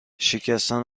شکستن